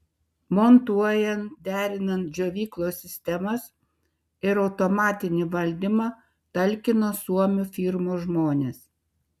montuojant derinant džiovyklos sistemas ir automatinį valdymą talkino suomių firmos žmonės